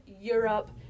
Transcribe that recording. Europe